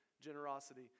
generosity